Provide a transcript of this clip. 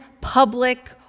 public